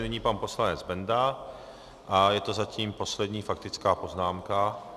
Nyní pan poslanec Benda a je to zatím poslední faktická poznámka.